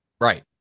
Right